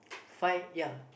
Fai ya